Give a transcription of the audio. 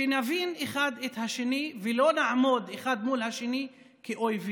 כדי נבין אחד את השני ולא נעמוד אחד מול השני כאויבים.